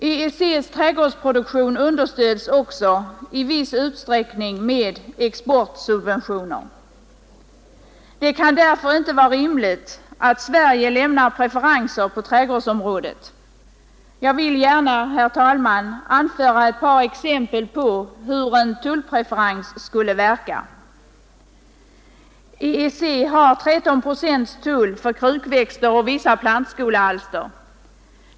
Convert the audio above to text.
EEC:s trädgårdsproduktion understöds också i viss utsträckning med exportsubventioner. Det kan därför inte vara rimligt att Sverige lämnar preferenser på trädgårdsområdet. Jag vill gärna, herr talman, anföra ett par exempel på hur en tullpreferens skulle verka. EEC har 13 procents tull för krukväxter och vissa plantskolealster.